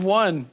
one